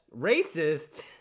racist